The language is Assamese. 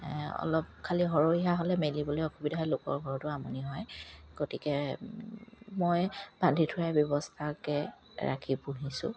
অলপ খালী সৰহীয়া হ'লে মেলিবলৈ অসুবিধা হয় লোকৰ ঘৰতো আমনি হয় গতিকে মই বান্ধি থুৱাই ব্যৱস্থাকে ৰাখি পুহিছোঁ